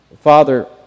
Father